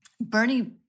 Bernie